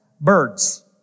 birds